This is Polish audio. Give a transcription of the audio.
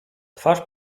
twarz